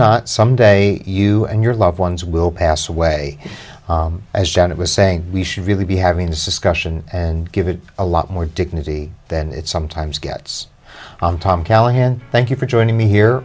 not someday you and your loved ones will pass away as janet was saying we should really be having this discussion and give it a lot more dignity than it sometimes gets on tom callahan thank you for joining me here